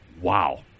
wow